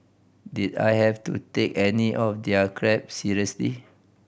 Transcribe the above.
did I have to take any of their crap seriously